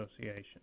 association